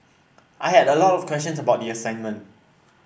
I had a lot of questions about the assignment